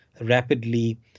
rapidly